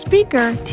speaker